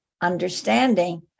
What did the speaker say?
understanding